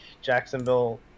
Jacksonville